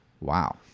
Wow